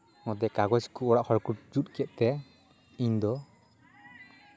ᱱᱚᱛᱮ ᱠᱟᱜᱚᱡᱽ ᱠᱚ ᱚᱲᱟᱜ ᱦᱚᱲ ᱠᱚ ᱡᱩᱛ ᱠᱮᱫᱛᱮ ᱤᱧ ᱫᱚ